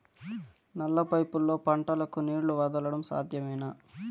నల్ల పైపుల్లో పంటలకు నీళ్లు వదలడం సాధ్యమేనా?